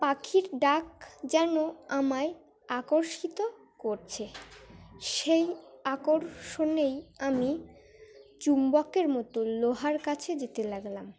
পাখির ডাক যেন আমায় আকর্ষিত করছে সেই আকর্ষণেই আমি চুম্বকের মতো লোহার কাছে যেতে লাগলাম